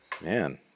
Man